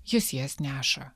jis jas neša